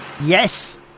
Yes